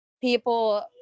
people